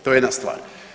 To je jedna stvar.